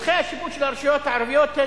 שטחי השיפוט של הרשויות הערביות הם